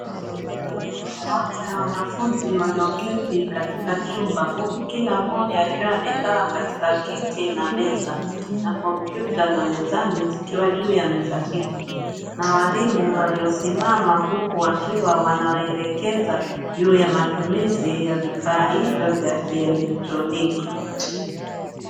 Wanafunzi walioketi katika chumba, huku kila mmoja akiwa amekaa katika kiti na meza na kompyuta za mezani zikiwa juu ya meza hizo na walimu waliosimama huku wakiwa wanawaelekeza juu ya matumizi ya vifaa hivyo vya kielektroniki.